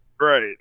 right